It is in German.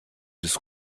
des